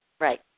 Right